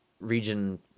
region